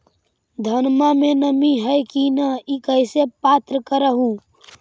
धनमा मे नमी है की न ई कैसे पात्र कर हू?